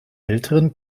älteren